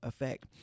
effect